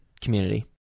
community